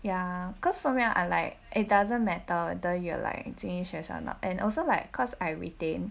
ya cause for me I like it doesn't matter whether you like 精英学生 a not and also like cause I retain